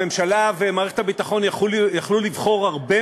הממשלה ומערכת הביטחון יכלו לבחור הרבה